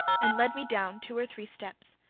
and led me down two or three steps,